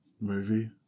movie